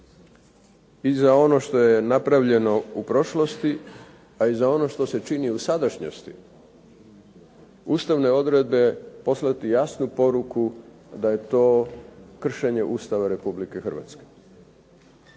i za ono što je napravljeno u prošlosti a i za ono što se čini u sadašnjosti ustavne odredbe poslati jasnu poruku da je to kršenje Ustava Republike Hrvatske